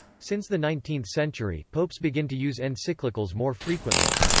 since the nineteenth century, popes begin to use encyclicals more frequently.